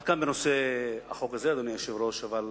עד כאן בנושא החוק הזה, אדוני היושב-ראש, אבל